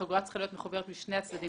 החגורה צריכה להיות מחוברת משני הצדדים,